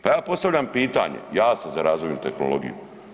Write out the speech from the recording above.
Pa ja postavljam pitanje, ja sam za razvojnu tehnologiju.